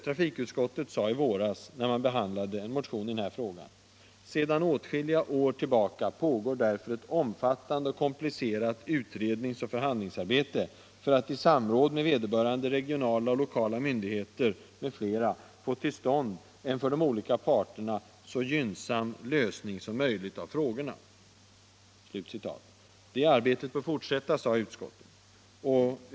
Trafikutskottet sade i våras när man behandlade en motion i denna fråga: ”Sedan åtskilliga år tillbaka pågår därför ett omfattande och komplicerat utredningsoch förhandlingsarbete för att i samråd med vederbörande regionala och lokala myndigheter m.fl. få till stånd en för de olika parterna så gynnsam lösning som möjligt av frågorna.” Det arbetet — Nr 71 bör fortsätta, sade utskottet.